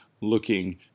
looking